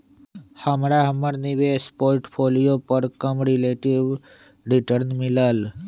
हमरा हमर निवेश पोर्टफोलियो पर कम रिलेटिव रिटर्न मिलल